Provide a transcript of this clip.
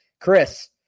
Chris